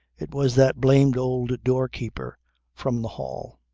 it was that blamed old doorkeeper from the hall.